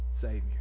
Savior